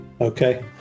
Okay